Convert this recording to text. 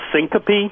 syncope